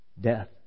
death